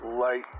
light